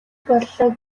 боллоо